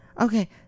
Okay